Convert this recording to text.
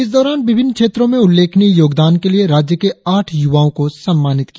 इस दौरान विभिन्न क्षेत्रों में उल्लेखनीय योगदान के लिए राज्य के आठ युवाओ को सम्मानित किया